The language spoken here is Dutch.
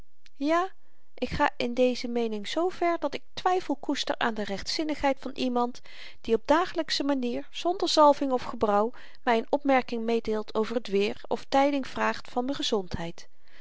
ja k ga in deze meening z ver dat ik twyfel koester aan de rechtzinnigheid van iemand die op dagelyksche manier zonder zalving of gebrouw my n opmerking meedeelt over t weêr of tyding vraagt van m'n gezondheid